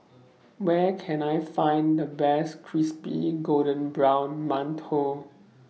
Where Can I Find The Best Crispy Golden Brown mantou